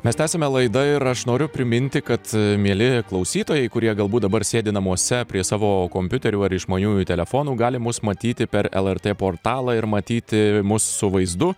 mes tęsiame laida ir aš noriu priminti kad mieli klausytojai kurie galbūt dabar sėdi namuose prie savo kompiuterių ar išmaniųjų telefonų gali mus matyti per lrt portalą ir matyti mus su vaizdu